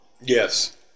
Yes